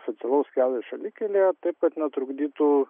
socialaus kelio šalikelėje taip kad netrukdytų